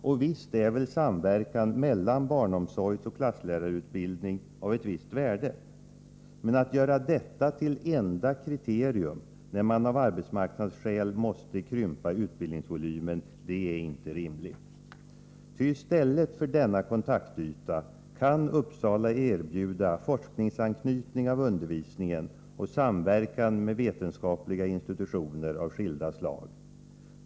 Och visst är väl samverkan mellan barnomsorgsoch klasslärarutbildning av ett visst värde. Men att göra detta till enda kriterium, när man av arbetsmarknadsskäl måste krympa utbildningsvolymen, är inte rimligt. Ty i stället för denna kontaktyta kan Uppsala erbjuda forskningsanknytning av undervisningen och samverkan med vetenskapliga institutioner av skilda slag.